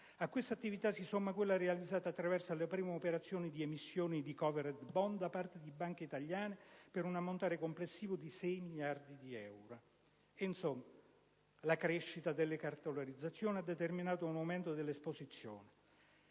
A questa attività si somma quella realizzata attraverso le prime operazioni di emissione di *covered* *bond* da parte di banche italiane per un ammontare complessivo di 6 miliardi di euro. Insomma, la crescita delle cartolarizzazioni ha determinato un aumento delle esposizioni